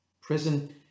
Prison